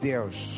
Deus